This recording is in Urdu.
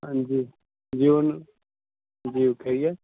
ہاں جی جی ان جی خیریت